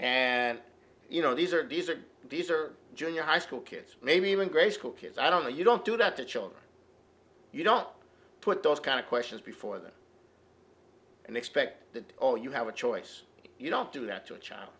and you know these are these are these are junior high school kids maybe even grade school kids i don't know you don't do that to children you don't put those kind of questions before them and expect that oh you have a choice you don't do that to a child